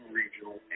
regional